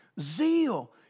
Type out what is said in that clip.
zeal